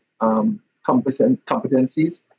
competencies